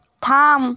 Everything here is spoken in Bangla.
থাম